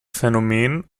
phänomen